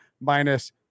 minus